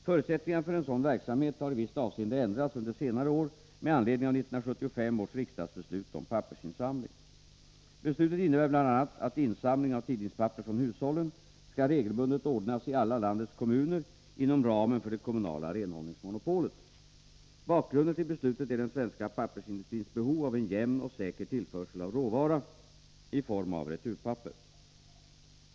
Förutsättningarna för en sådan verksamhet har i visst avseende ändrats under senare år med anledning av 1975 års riksdagsbeslut om pappersinsamling. Beslutet innebär bl.a. att insamling av tidningspapper från hushållen regelbundet skall ordnas i alla landets kommuner inom ramen för det kommunala renhållningsmonopolet. Bakgrunden till beslutet är den svenska pappersindustrins behov av en jämn och säker tillförsel av råvara i form av returpapper.